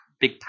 big